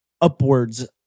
upwards